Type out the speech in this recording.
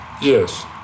Yes